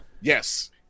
Yes